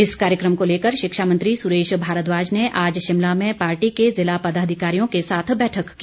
इस कार्यक्रम को लेकर शिक्षा मंत्री सुरेश भारद्वाज ने आज शिमला में पार्टी के ज़िला पदाधिकारियों के साथ बैठक की